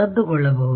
ರದ್ದುಗೊಳ್ಳಬಹುದು